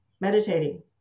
meditating